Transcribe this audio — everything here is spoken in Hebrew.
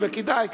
וכדאי,